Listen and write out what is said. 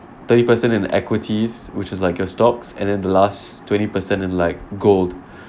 thirty percent in equities which is like your stocks and then the last twenty percent in like gold